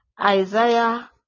Isaiah